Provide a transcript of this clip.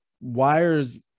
wires